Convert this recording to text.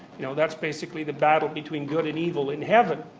you know that's basically the battle between good and evil in heaven.